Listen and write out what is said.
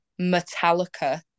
Metallica